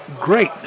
great